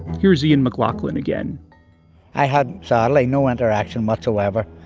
here's ian mclaughlin, again i had sadly, no interaction whatsoever,